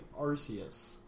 Arceus